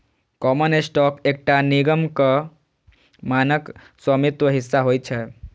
common stock एकटा निगमक मानक स्वामित्व हिस्सा होइ छै